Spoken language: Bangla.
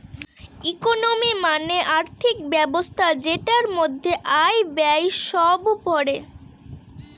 ইকোনমি মানে আর্থিক ব্যবস্থা যেটার মধ্যে আয়, ব্যয় সব পড়ে